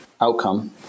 outcome